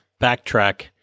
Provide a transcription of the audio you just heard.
backtrack